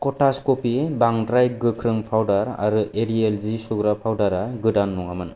क'थास क'फि बांद्राय गोख्रों पाउदार आरो एरियेल जि सुग्रा पाउडारआ गोदान नङामोन